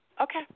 Okay